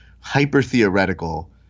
hyper-theoretical